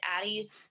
Addie's